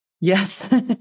Yes